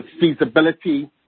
feasibility